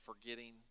forgetting